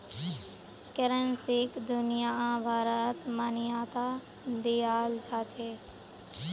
करेंसीक दुनियाभरत मान्यता दियाल जाछेक